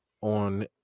On